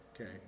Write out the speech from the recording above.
Okay